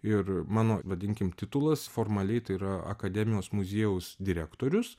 ir mano vadinkim titulas formaliai tai yra akademijos muziejaus direktorius